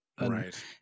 Right